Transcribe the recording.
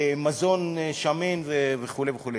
מזון שמן וכו' וכו'.